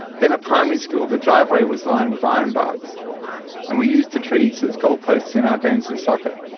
then at primary school the driveway was lined with ironbarks and we used the trees as goalposts in our games of soccer.